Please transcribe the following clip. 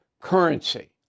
currency